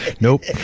nope